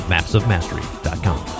MapsOfMastery.com